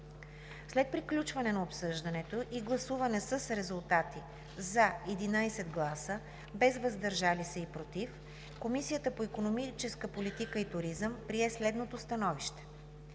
След приключване на обсъждането и гласуване с резултати: „за“ – 11 гласа, без „против“ и „въздържал се“, Комисията по икономическа политика и туризъм прие следното становище: